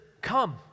come